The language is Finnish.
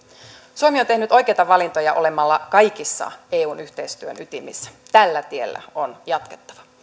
suomi on tehnyt oikeita valintoja olemalla kaikissa eun yhteistyön ytimissä tällä tiellä on jatkettava